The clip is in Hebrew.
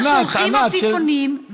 בעזה שולחים עפיפונים ושורפים